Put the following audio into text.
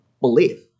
believe